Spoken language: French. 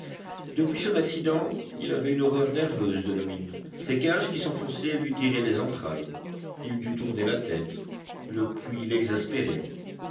depuis son accident il avait une horreur nerveuse de la mine ces cages qui s'enfonçaient lui tiraient les entrailles il dut tourner la tête le puits l'exaspérait